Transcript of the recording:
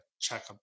checkup